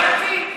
אני הבנתי?